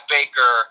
Baker